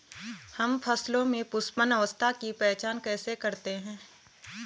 हम फसलों में पुष्पन अवस्था की पहचान कैसे करते हैं?